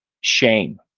shame